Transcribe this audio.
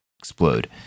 explode